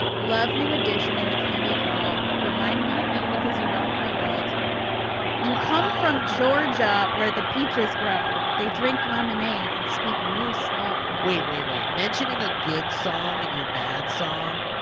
love new edition and the candy girl remind me of you because you rock my world you come from georgia where the peaches grow, they drink lemonade and speak real slow. wait, wait, wait. mentioning a good song in your bad song,